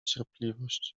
cierpliwość